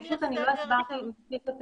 אני פשוט לא הסברתי מספיק.